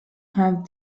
have